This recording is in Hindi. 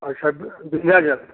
अच्छा तो विंध्याचल